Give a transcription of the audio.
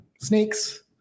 snakes